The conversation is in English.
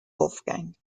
wolfgang